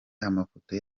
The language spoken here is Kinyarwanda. amafoto